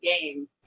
game